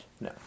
No